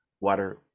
Water